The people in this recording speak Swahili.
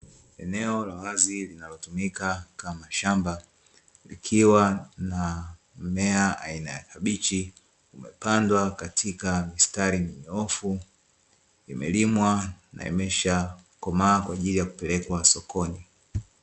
Eneo la wazi linalotumika kama shamba likiwa na mimea aina ya kabichi imepandwa katika mistari nyoofu, imelimwa na imeshakomaa kwa ajili ya kupelekwa sokoni.